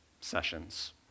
sessions